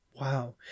Wow